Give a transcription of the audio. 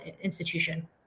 institution